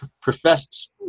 professed